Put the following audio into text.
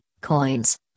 coins